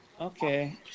Okay